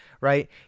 right